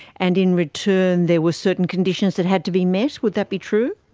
and in return there were certain conditions that had to be met, would that be true?